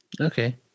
Okay